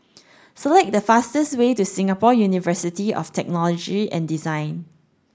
Select the fastest way to Singapore University of Technology and Design